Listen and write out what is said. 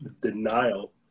denial